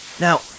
Now